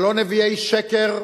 זה לא נביאי שקר.